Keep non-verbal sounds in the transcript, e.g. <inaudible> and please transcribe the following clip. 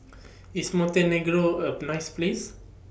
<noise> IS Montenegro A Boo nice Place